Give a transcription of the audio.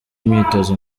imyitozo